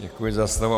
Děkuji za slovo.